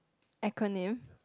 acronym